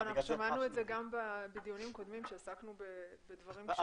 אנחנו שמענו את זה גם בדיונים קודמים כשעסקנו בדברים קשורים.